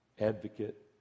advocate